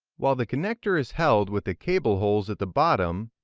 while the connector is held with the cable holes at the bottom,